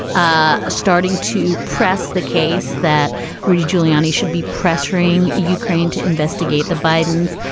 ah starting to press the case that rudy giuliani should be pressuring ukraine to investigate the bidens